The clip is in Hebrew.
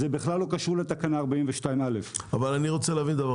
זה בכלל לא קשור לתקנה 42א. אני רוצה להבין,